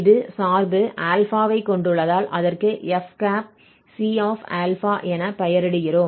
இது சார்பு α ஐ கொண்டுள்ளதால் அதற்கு fc∝ என பெயரிடுகிறோம்